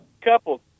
couple